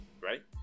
right